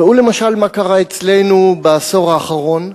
ראו למשל מה קרה אצלנו בעשור האחרון: